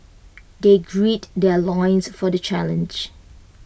they gird their loins for the challenge